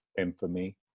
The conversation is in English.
infamy